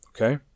okay